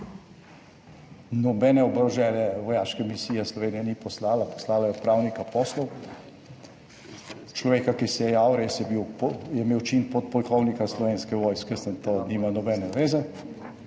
Nobene oborožene vojaške misije Slovenija ni poslala, poslala je odpravnika poslov, človeka, ki se je javil, res je bil, je imel čin podpolkovnika Slovenske vojske, samo to nima nobene veze,